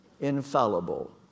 infallible